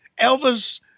Elvis